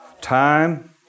time